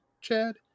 Chad